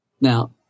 Now